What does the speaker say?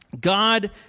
God